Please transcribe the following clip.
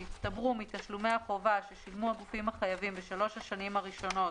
שהצטברו מתשלומי החובה ששילמו הגופים החייבים בשלוש השנים הראשונות